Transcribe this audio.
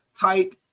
type